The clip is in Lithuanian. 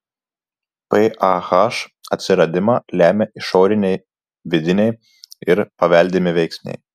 pah atsiradimą lemia išoriniai vidiniai ir paveldimi veiksniai